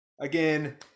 again